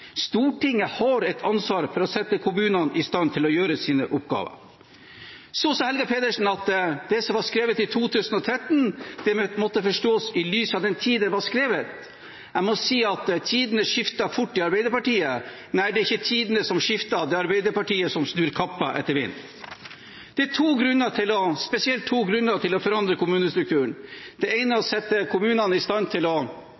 Stortinget har et ansvar for å sette kommunene i stand til å utføre sine oppgaver. Så sa Helga Pedersen at det som var skrevet i 2013, måtte forstås i lys av den tid det var skrevet i. Jeg må si at tidene skifter fort i Arbeiderpartiet – nei, det er ikke tidene som skifter, det er Arbeiderpartiet som snur kappen etter vinden. Det er spesielt to grunner til å forandre kommunestrukturen. Den ene er å sette kommunene i stand til å